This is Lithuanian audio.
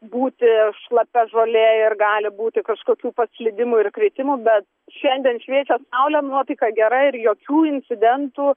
būti šlapia žolė ir gali būti kažkokių paslydimų ir kritimų bet šiandien šviečia saulė nuotaika gera ir jokių incidentų